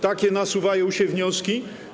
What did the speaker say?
Takie nasuwają się wnioski.